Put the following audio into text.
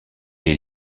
est